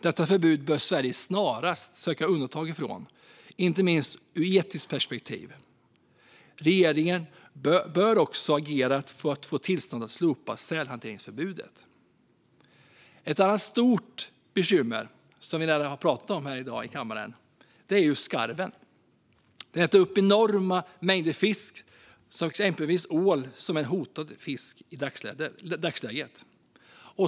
Detta förbud bör Sverige snarast söka undantag från, inte minst ur ett etiskt perspektiv. Regeringen bör också agera för att få tillstånd att slopa sälhandelsförbudet. Ett annat stort bekymmer, som vi redan har pratat om här i kammaren i dag, är skarven. Den äter upp enorma mängder fisk, exempelvis ål, som är en hotad fisk i dagsläget.